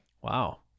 wow